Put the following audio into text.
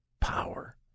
power